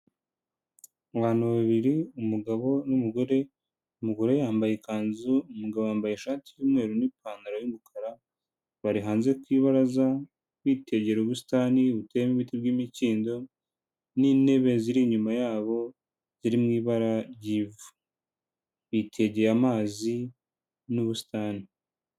Abantu babiri umugabo n'umugore, umugore yambaye ikanzu, umugabo wambaye ishati y'umweru n'ipantaro y'umukara, bari hanze ku ibaraza bitegera ubusitani buteyemo ibiti by'imikindo n'intebe ziri inyuma yabo ziri mu ibara ry'ivu bitegeye amazi n'ubusitani.